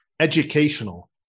educational